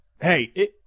Hey